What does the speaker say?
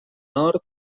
nord